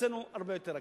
אצלנו הרבה יותר יקר.